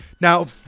Now